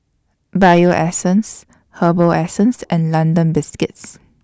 Bio Essence Herbal Essences and London Biscuits